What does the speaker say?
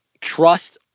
trust